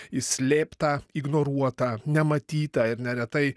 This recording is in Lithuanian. į slėptą ignoruotą nematytą ir neretai